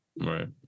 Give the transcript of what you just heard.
Right